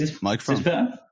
microphone